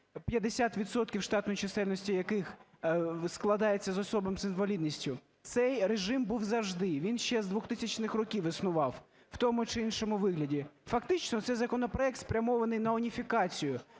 штатної чисельності яких складається з осіб з інвалідністю, цей режим був завжди, він ще з 2000-х років існував в тому чи іншому вигляді. Фактично, цей законопроект спрямований на уніфікацію